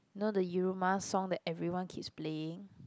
you know the Yiruma song that everyone keeps playing